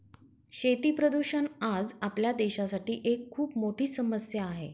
शेती प्रदूषण आज आपल्या देशासाठी एक खूप मोठी समस्या आहे